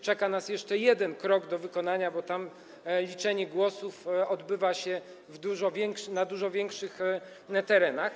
Czeka nas jeszcze jeden krok do wykonania, bo tam liczenie głosów odbywa się na dużo większych terenach.